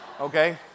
okay